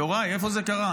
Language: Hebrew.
יוראי, איפה זה קרה?